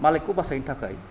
मालिकखौ बासायनो थाखाय